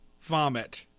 vomit